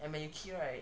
and when you kick right